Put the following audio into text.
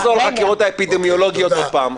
אנחנו לא נחזור לחקירות האפידמיולוגיות עוד פעם.